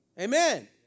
Amen